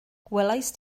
welaist